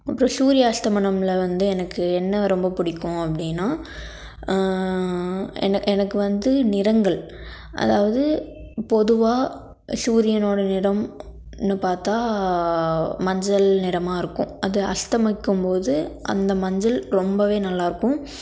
அப்புறம் சூரிய அஸ்தமனமில் வந்து எனக்கு என்ன ரொம்ப பிடிக்கும் அப்படின்னா என எனக்கு வந்து நிறங்கள் அதாவது பொதுவாக சூரியனோடய நிறம்னு பார்த்தா மஞ்சள் நிறமாக இருக்கும் அது அஸ்தமிக்கும்போது அந்த மஞ்சள் ரொம்பவே நல்லா இருக்கும்